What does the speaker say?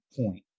point